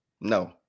No